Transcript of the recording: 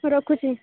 ରଖୁଛି